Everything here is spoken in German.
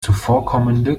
zuvorkommende